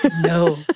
No